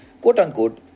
quote-unquote